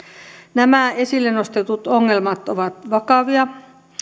nämä esille nostetut ongelmat ovat vakavia